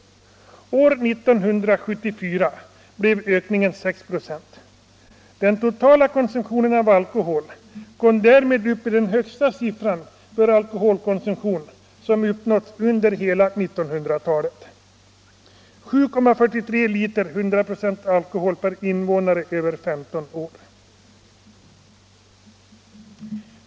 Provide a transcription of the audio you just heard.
År 1974 blev ökningen 6 96. Den totala konsumtionen av alkohol kom därmed upp i den högsta siffra som uppnåtts under hela 1900-talet — 7,43 liter 100 26 alkohol per invånare över 15 år.